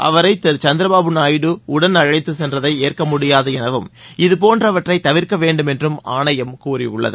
அவரை திரு சந்திரபாபு நாயுடு உடன் அழைத்து சென்றதை ஏற்க முடியாது எனவும் இது போன்றவற்றை தவிர்க்க வேண்டுமென்றும் ஆணையம் கூறியுள்ளது